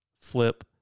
flip